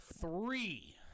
three